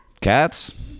Cats